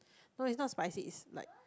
no is not spicy is like